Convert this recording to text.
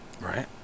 right